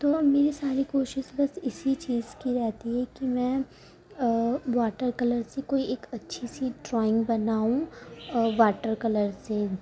تو اب میری ساری کوشش بس اسی چیز کی رہتی ہے کہ میں واٹر کلر سے کوئی ایک اچھی سی ڈرائنگ بناؤں واٹر کلر سے